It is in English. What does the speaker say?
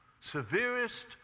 Severest